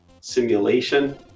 simulation